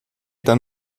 dann